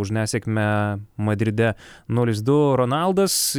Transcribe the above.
už nesėkmę madride nulis du ronaldas